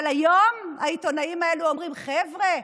אבל היום העיתונים האלה אומרים: חבר'ה,